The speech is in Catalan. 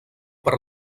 per